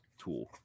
tool